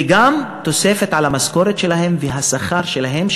וגם תוספת על המשכורת שלהם והשכר שלהם,